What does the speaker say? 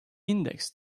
index